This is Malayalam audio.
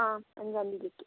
ആ